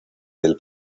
del